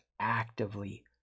actively